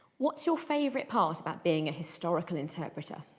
what's your favourite part about being a historical interpreter?